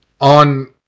on